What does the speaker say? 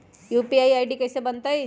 UPI के ID कैसे बनतई?